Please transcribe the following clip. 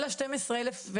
כל ה-12 אלף,